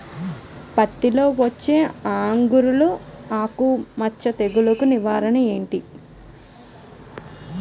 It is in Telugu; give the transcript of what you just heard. పత్తి లో వచ్చే ఆంగులర్ ఆకు మచ్చ తెగులు కు నివారణ ఎంటి?